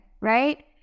right